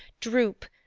droop,